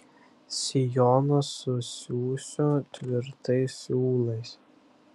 sijoną susiųsiu tvirtais siūlais